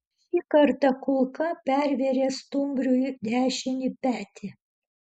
šį kartą kulka pervėrė stumbriui dešinį petį